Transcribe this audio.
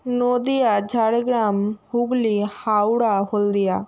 Nadia Jhargram Hooghly Howrah Haldia